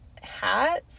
hats